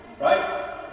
Right